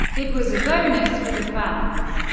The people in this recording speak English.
it was a bonus for the fans.